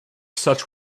such